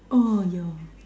orh ya